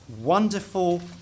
Wonderful